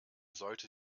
sollte